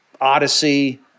odyssey